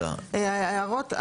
ההערות,